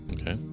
Okay